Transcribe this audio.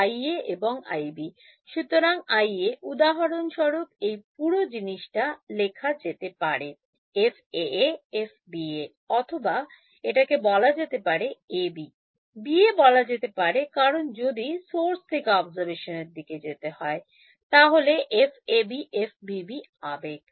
IA এবং IB সুতরাং IA উদাহরণস্বরূপ এই পুরো জিনিসটা লেখা যেতে পারে FAA FBA অথবা এটাকে বলা যেতে পারে AB BA বলা যেতে পারে কারণ যদি সোর্স থেকে অবজারভেশন এর দিকে হয় তাহলে F AB F BB আবেগ